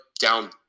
down